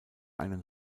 einen